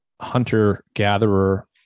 hunter-gatherer